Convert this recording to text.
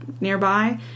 nearby